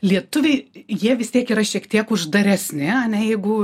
lietuviai jie vis tiek yra šiek tiek uždaresni ane jeigu